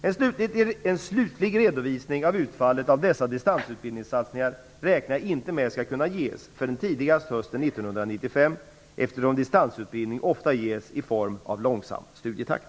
En slutlig redovisning av utfallet av dessa distansutbildningssatsningar räknar jag inte med skall kunna ges förrän tidigast hösten 1995, eftersom distansutbildning oftast ges i form av långsam studietakt.